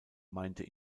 meinte